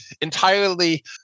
entirely